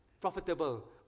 profitable